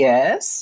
Yes